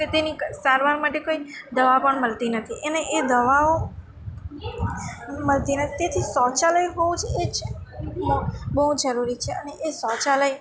તેની સારવાર માટે કંઈ દવા પણ મળતી નથી એને એ દવાઓ મળતી નથી તેથી શૌચાલય હોવું બહુ જરૂરી છે અને એ શૌચાલય